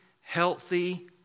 healthy